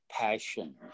passion